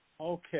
Okay